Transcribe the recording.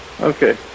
Okay